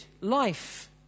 life